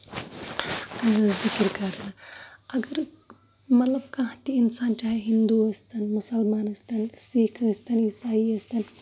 ذِکِر کران اَگر مطلب کانہہ تہِ اِنسان چاہے ہندوٗ ٲسۍ تن مُسلمان ٲسۍ تن سِکھ ٲسۍ تن عیٖسای ٲسۍ تن